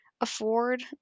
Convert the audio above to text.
afford